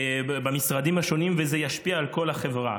במשרדים השונים, וזה ישפיע על כל החברה.